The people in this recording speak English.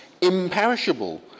imperishable